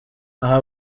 aha